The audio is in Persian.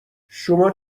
شما